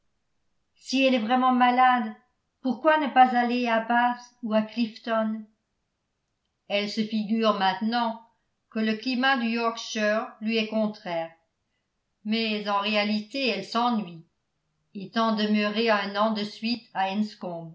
si elle est vraiment malade pourquoi ne pas aller à bath ou à clifton elle se figure maintenant que le climat du yorkshire lui est contraire mais en réalité elle s'ennuie étant demeurée un an de suite à